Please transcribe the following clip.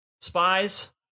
Spies